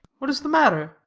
what is the matter?